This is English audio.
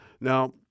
Now